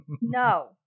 No